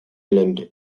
island